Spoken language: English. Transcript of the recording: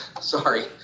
Sorry